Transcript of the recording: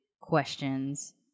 questions